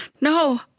no